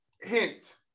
hint